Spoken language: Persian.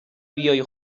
بیای